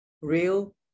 real